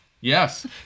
Yes